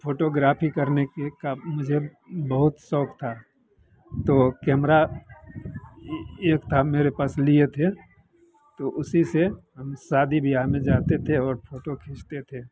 photography करने का मुझे बहुत शौक था तो कैमरा एक था मेरे पास लिए थे तो उसी से हम शादी बियाह में जाते थे और फोटो खींचते थे